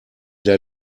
der